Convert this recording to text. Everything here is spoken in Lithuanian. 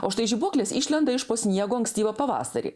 o štai žibuoklės išlenda iš po sniego ankstyvą pavasarį